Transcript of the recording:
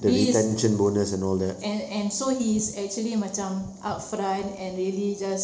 he's and and so he's actually macam upfront and really just